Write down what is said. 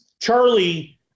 Charlie